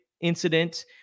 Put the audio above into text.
incident